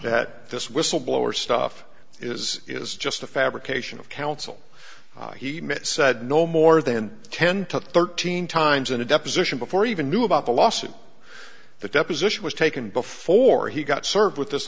that this whistleblower stuff is is just a fabrication of counsel he met said no more than ten to thirteen times in a deposition before he even knew about the lawsuit the deposition was taken before he got served with this